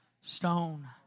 stone